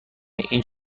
این